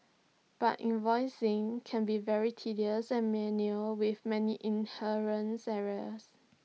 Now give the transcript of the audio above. but invoicing can be very tedious and manual with many inherent errors